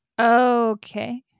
Okay